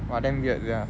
!wah! damn weird sia